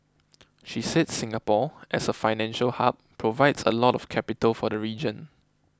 she said Singapore as a financial hub provides a lot of capital for the region